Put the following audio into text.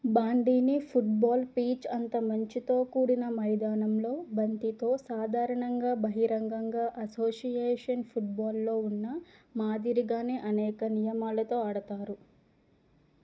బాండీని football pitch అంతా మంచుతో కూడిన మైదానంలో బంతితో సాధారణంగా బహిరంగంగా అసోసియేషన్ ఫుట్బాల్లో ఉన్న మాదిరిగానే అనేక నియమాలతో ఆడతారు